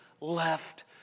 left